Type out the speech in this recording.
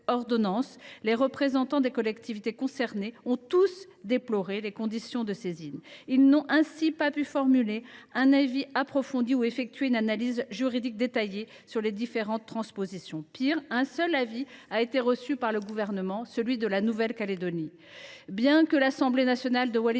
les représentants des collectivités concernées par cette ordonnance ont tous déploré les conditions de leur saisine. Ils n’ont pas pu formuler un avis approfondi ni effectuer une analyse juridique détaillée sur les différentes transpositions. Mais encore, un seul avis a été reçu par le Gouvernement, celui de la Nouvelle Calédonie. Bien que l’Assemblée territoriale de Wallis